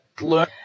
learn